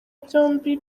byombi